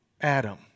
Adam